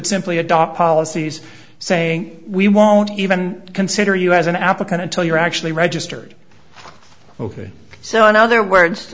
simply adopt policies saying we won't even consider you as an applicant until you're actually registered ok so in other words